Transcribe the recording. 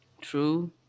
True